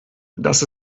das